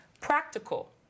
Practical